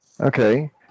Okay